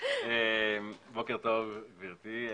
בוקר טוב, גברתי.